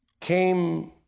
came